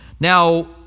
Now